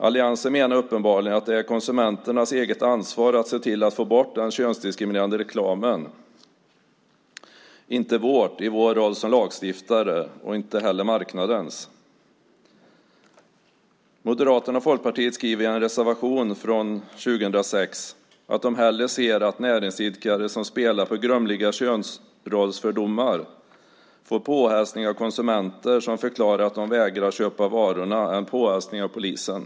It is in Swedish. Alliansen menar uppenbarligen att det är konsumenternas eget ansvar att se till att få bort den könsdiskriminerande reklamen - inte vårt, i vår roll som lagstiftare, och inte heller marknadens. Moderaterna och Folkpartiet skriver i en reservation från 2006 att de hellre ser att näringsidkare som spelar på grumliga könsrollsfördomar får påhälsning av konsumenter som förklarar att de vägrar köpa varorna än påhälsning av polisen.